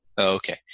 okay